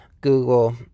Google